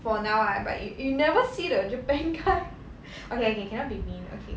for now ah but you you never see the japan guy okay okay cannot be mean okay